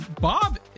Bob